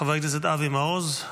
חבר הכנסת אבי מעוז,